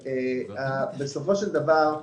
בסופו של דברים,